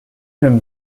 him